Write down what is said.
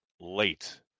late